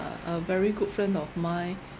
a very good friend of mine